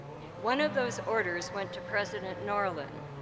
one of those orders went to president norlin,